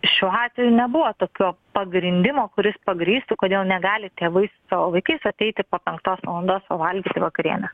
šiuo atveju nebuvo tokio pagrindimo kuris pagrįstų kodėl negali tėvai su savo vaikais ateiti ir po penktos valandos pavalgyti vakarienę